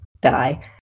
die